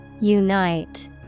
Unite